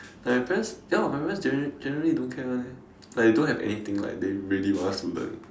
like my parents ya my parents general generally don't care [one] eh like they don't have anything like they really want us to learn